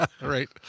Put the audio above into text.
right